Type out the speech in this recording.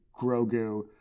Grogu